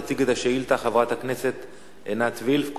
תציג את השאילתא חברת הכנסת עינת וילף.